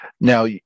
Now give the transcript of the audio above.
now